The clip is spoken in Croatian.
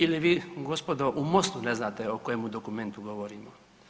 Ili vi gospodo u MOST-u ne znate o kojem dokumentu govorimo.